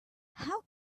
how